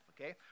okay